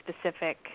specific